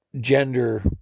gender